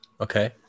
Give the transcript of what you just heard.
Okay